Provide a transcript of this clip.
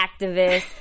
activist